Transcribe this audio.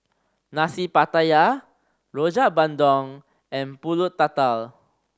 Nasi Pattaya Rojak Bandung and Pulut Tatal